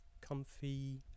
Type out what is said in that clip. comfy